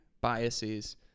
biases